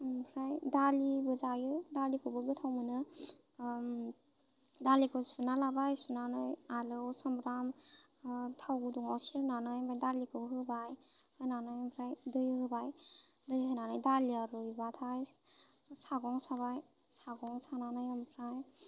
ओमफ्राय दालिबो जायो दालिखौबो गोथाव मोनो दालिखौ सुना लाबाय सुनानै आलौ सामब्राम थाव गुदुंआव सेरनानै ओमफ्राय दालिखौबो होबाय होनानै ओमफ्राय दै होबाय दै होनानै दालिआ रुइबाथाय सागं साबाय सागं सानानै ओमफ्राय